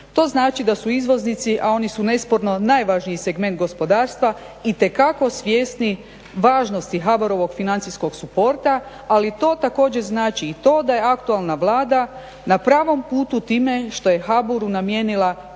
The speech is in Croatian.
To znači da su izvoznici, a oni su nesporno najvažniji segment gospodarstva itekako svjesni važnosti HBOR-ovog financijskog suporta, ali to također znači i to da je aktualna Vlada na pravom putu time što je HBOR-u namijenila